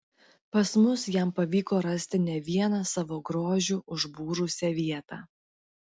pas mus jam pavyko rasti ne vieną savo grožiu užbūrusią vietą